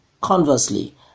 Conversely